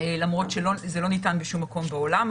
למרות שזה לא ניתן בשום מקום בעולם.